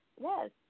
Yes